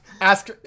ask